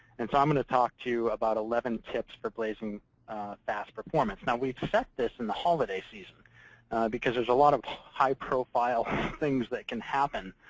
and so i'm going to talk to you about eleven tips for blazing fast performance. now, we've set this in the holiday season because there's a lot of high-profile things that can happen,